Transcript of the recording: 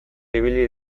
ibili